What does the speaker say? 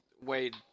Wade